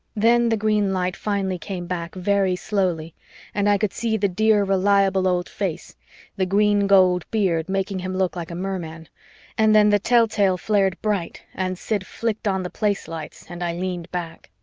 then the green light finally came back very slowly and i could see the dear reliable old face the green-gold beard making him look like a merman and then the telltale flared bright and sid flicked on the place lights and i leaned back.